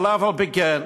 אבל אף-על-פי-כן,